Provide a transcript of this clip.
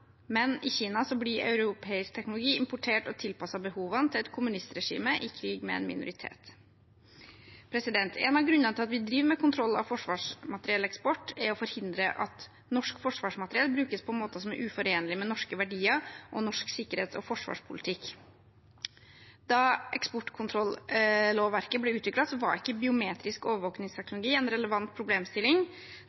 men i Kina blir europeisk teknologi importert og tilpasset behovene til et kommunistregime i krig med en minoritet. En av grunnene til at vi driver med kontroll forsvarsmaterielleksport, er å forhindre at norsk forsvarsmateriell brukes på måter som er uforenlig med norske verdier og norsk sikkerhets- og forsvarspolitikk. Da eksportkontrollovverket ble utformet, var ikke biometrisk